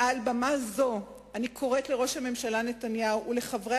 מעל במה זו אני קוראת לראש הממשלה נתניהו ולחברי